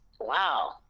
wow